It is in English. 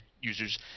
users